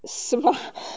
什么